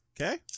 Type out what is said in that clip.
Okay